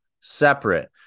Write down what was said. separate